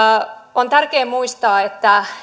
on tärkeää muistaa että